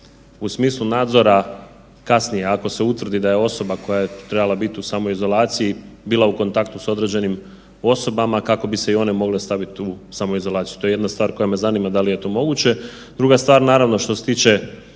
u smislu nadzora kasnije ako se utvrdi da je osoba koja je trebala bit u samoizolaciji bila u kontaktu sa određenim osobama kako bi se i one mogle stavit u samoizolaciju, to je jedna stvar koja me zanima da li je to moguće. Druga stvar, naravno što se tiče